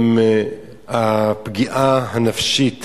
הפגיעה הנפשית